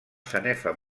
sanefa